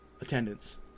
attendance